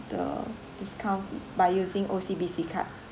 the discount by using O_C_B_C card